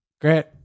Great